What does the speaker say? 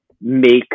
make